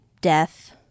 Death